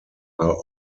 are